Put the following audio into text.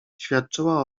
świadczyła